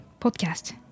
podcast